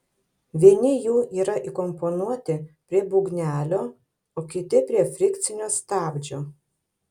vieni jų yra įkomponuoti prie būgnelio o kiti prie frikcinio stabdžio